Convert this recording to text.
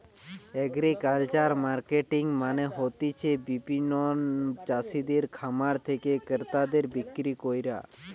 agricultural marketing মানে হতিছে বিপণন চাষিদের খামার থেকে ক্রেতাদের বিক্রি কইরা